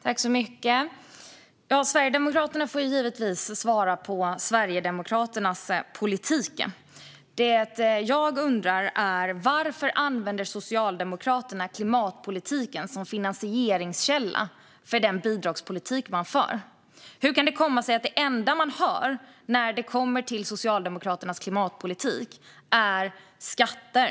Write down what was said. Herr talman! Sverigedemokraterna får givetvis svara för Sverigedemokraternas politik. Det jag undrar är: Varför använder Socialdemokraterna klimatpolitiken som finansieringskälla för den bidragspolitik man för? Hur kan det komma sig att det enda man hör om när det kommer till Socialdemokraternas klimatpolitik är skatter?